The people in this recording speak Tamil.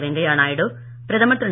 வெங்கய்யா நாயுடு பிரதமர் திரு